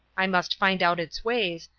i must find out its ways,